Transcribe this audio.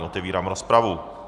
Otevírám rozpravu.